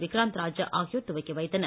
விக்ராந்த் ராஜா ஆகியோர் துவக்கி வைத்தனர்